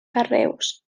carreus